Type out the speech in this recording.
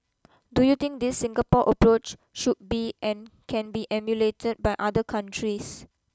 do you think this Singapore approach should be and can be emulated by other countries